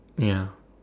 ya